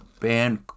band